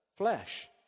flesh